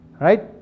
Right